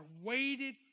weighted